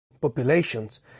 populations